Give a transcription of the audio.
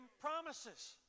promises